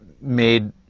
made